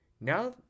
Now